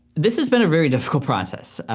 this has been a very difficult process.